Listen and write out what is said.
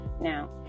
Now